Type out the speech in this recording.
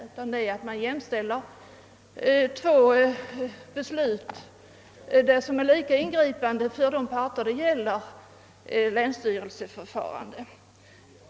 Besluten i båda dessa fall är lika ingripande för de personer det gäller.